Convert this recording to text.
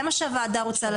זה מה שהוועדה רוצה לדעת.